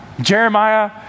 Jeremiah